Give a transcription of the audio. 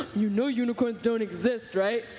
you know unicorns don't exist, right?